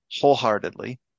wholeheartedly